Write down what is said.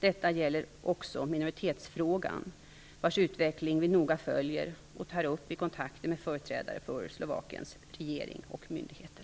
Detta gäller också minoritetsfrågan, vars utveckling vi noga följer och tar upp i kontakter med företrädare för Slovakiens regering och myndigheter.